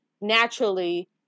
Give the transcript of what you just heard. naturally